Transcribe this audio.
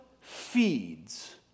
feeds